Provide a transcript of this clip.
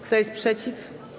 Kto jest przeciw?